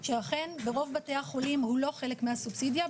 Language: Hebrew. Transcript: שאכן ברוב בתי החולים הוא לא חלק מהסובסידיה,